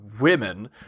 women